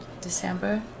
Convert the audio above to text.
December